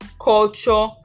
culture